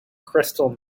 crystal